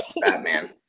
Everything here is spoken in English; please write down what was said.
Batman